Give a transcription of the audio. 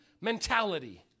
mentality